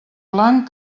blanc